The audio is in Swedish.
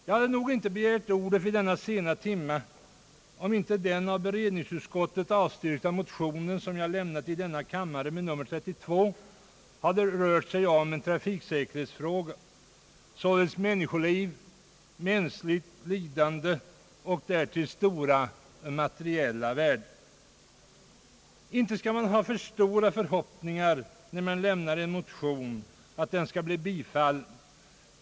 Jag hade nog inte begärt ordet vid denna sena timme om inte den av beredningsutskottet avstyrkta motionen — som jag lämnat i denna kammare med nr 32 — hade rört sig om en trafiksäkerhetsfråga, alltså om människoliv, mänskligt lidande och därtill stora materiella värden. Inte skall man ha för stora förhoppningar när man lämnar en motion, att den kommer att bifallas.